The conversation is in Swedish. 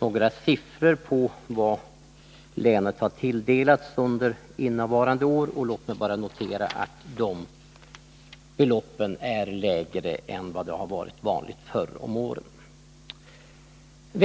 några siffror för vad länet har tilldelats under innevarande år, och låt mig bara notera att de beloppen är lägre än vad som har varit vanligt förr om åren.